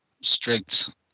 strict